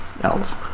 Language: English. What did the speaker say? else